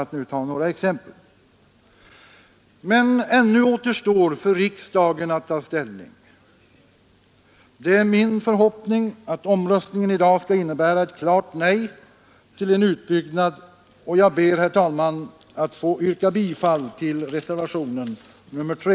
Men ännu återstår för riksdagen att ta ställning. Det är min förhoppning att omröstningen i dag skall innebära ett klart nej till en utbyggnad och jag ber, herr talman, att få yrka bifall till reservationen 3.